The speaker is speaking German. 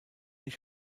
ich